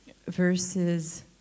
verses